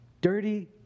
dirty